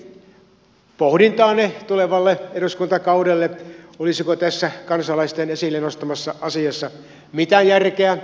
eli arvoisa ministeri jätän pohdintaanne tulevalle eduskuntakaudelle olisiko tässä kansalaisten esille nostamassa asiassa mitään järkeä